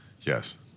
Yes